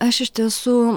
aš iš tiesų